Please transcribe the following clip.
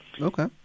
Okay